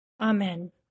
Amen